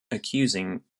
accusing